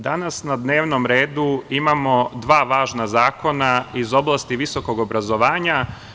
Danas na dnevnom redu imamo dva važna zakona iz oblasti visokog obrazovanja.